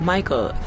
Michael